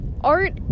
Art